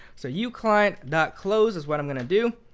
so u client dot close is what i'm going to do.